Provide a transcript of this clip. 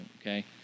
okay